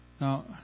Now